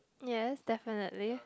yes definitely